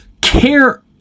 care